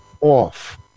off